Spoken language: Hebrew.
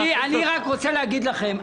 אני רק רוצה להגיד לכם,